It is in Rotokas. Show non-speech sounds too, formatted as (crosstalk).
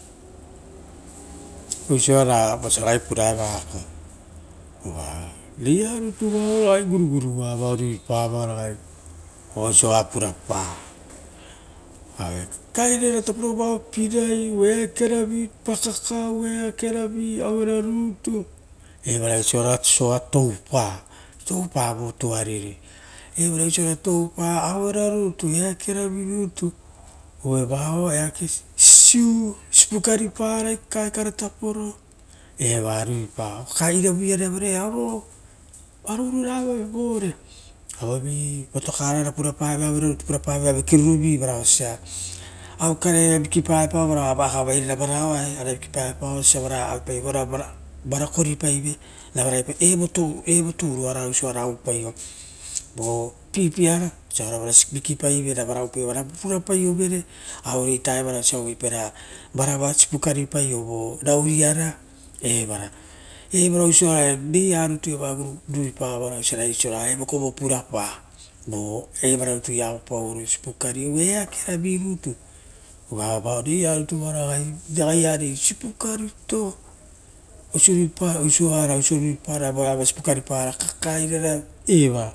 (noise) oisira vosia raga puro eva ako uva rearutu va guroguroia vao raga oa oisoa purapa aue kakaevure tapovao regeri oea kerovi aura rutu, evaraia osa toupa toupavo tuariri, evaraia osa toupa aueraia eakeravirutu vova eake sisiu, sipariparai kakaekare taporo eva mipa kakaerague iai votokaraiare ane kerurovu vosa aue kareia vikipaepao vosa vara auepaive viki paeve, evo touro oara osa oupaio vo vuivuipa tapi uva osa vara oupaio ravara purapaio vere auro ita evana osa ra varaia sipukaripaio vo raguiara evare. Evara osa reiarutu ruipara oisora evokovo purapa vo evara rutuia auepaoro sipukari oaravivurutu reianitua vaio ragai vo sipu karito osoa ruipapava a sipukari vao kakaereto eva